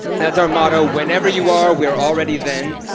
that's our motto whenever you are, we're already then.